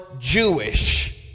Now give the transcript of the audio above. Jewish